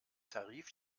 tarif